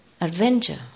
adventure